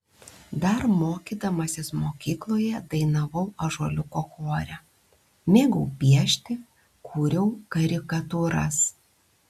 dar mokydamasis mokykloje dainavau ąžuoliuko chore mėgau piešti kūriau karikatūras